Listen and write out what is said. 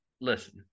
listen